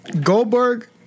Goldberg